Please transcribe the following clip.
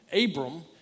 Abram